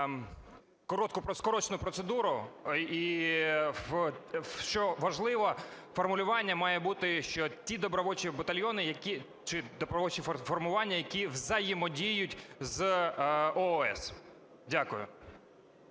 зробити скорочену процедуру, і, що важливо, формулювання має бути, що ті добровольчі батальйони, які… чи добровольчі формування, які взаємодіють з ООС. Дякую.